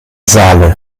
saale